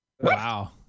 wow